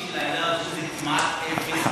היחס לעדה הדרוזית הוא כמעט אפס,